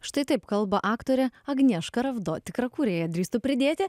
štai taip kalba aktorė agnieška ravdo tikra kūrėja drįstu pridėti